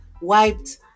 wiped